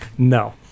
No